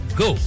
go